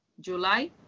July